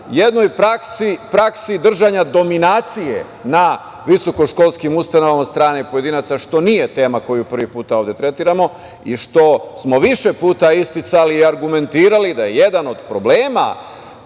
jednoj praksi držanja dominacije na visokoškolskim ustanovama od strane pojedinaca, što nije tema koju prvi put ovde tretiramo i što smo više puta isticali i argumentirali da je jedan od problema